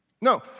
No